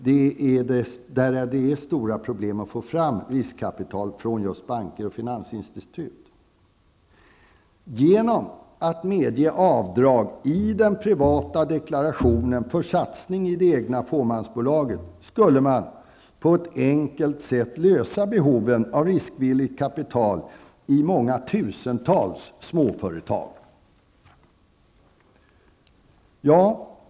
Där har man stora problem med att få fram riskkapital från banker och finansinstitut. Genom att medge avdrag i den privata deklarationen för satsningar i det egna fåmansbolaget, skulle man på ett enkelt sätt lösa problemet med riskvilligt kapital till våra tusentals småföretag.